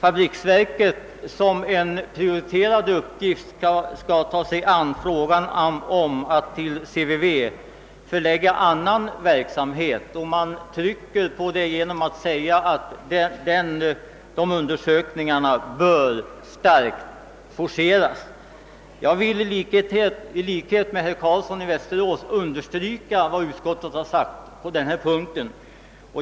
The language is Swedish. fabriksverket skall som en prioriterad uppgift ta sig an frågan om att till CVV förlägga annan verksamhet. Denna uppfattning understryks genom förslaget att utredningen bör starkt forceras. Jag vill i likhet med herr Carlsson i Västerås ansluta mig till vad utskottet anfört på denna punkt.